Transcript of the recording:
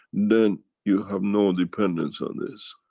then you have no dependence on this.